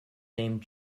named